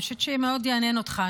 אני חושבת שמאוד יעניין אותך,